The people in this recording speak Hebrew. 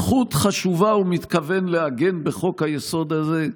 איזו זכות חשובה הוא מתכוון לעגן בחוק-היסוד הזה?